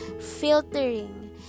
filtering